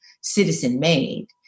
citizen-made